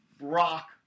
rock